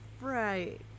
Right